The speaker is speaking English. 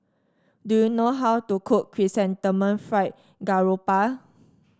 do you know how to cook Chrysanthemum Fried Garoupa